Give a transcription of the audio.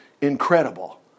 Incredible